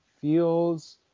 feels